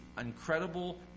incredible